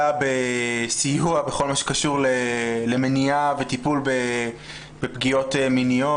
בסיוע בכל מה שקשור למניעה וטיפול בפגיעות מיניות.